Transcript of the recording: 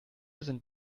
sind